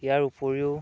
ইয়াৰ উপৰিও